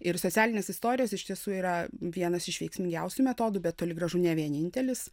ir socialinės istorijos iš tiesų yra vienas iš veiksmingiausių metodų bet toli gražu ne vienintelis